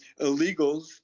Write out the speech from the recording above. illegals